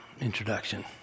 introduction